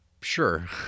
Sure